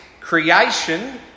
Creation